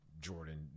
jordan